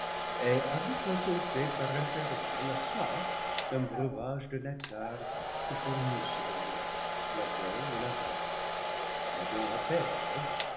ôter par intervalles la soif d'un breuvage de nectar que fournissent le lait la baie ou la grappe adam